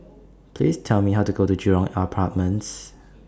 Please Tell Me How to get to Jurong Apartments